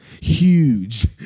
huge